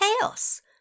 chaos